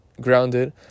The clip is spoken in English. grounded